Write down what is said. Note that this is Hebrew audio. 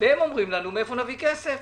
והם אומרים לנו: מאיפה נביא כסף?